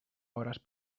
hores